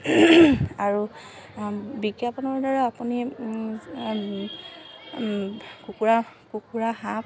আৰু বিজ্ঞাপনৰ দ্বাৰা আপুনি কুকুৰা হাঁহ